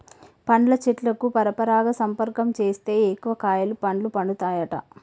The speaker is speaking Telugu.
పండ్ల చెట్లకు పరపరాగ సంపర్కం చేస్తే ఎక్కువ కాయలు పండ్లు పండుతాయట